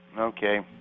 Okay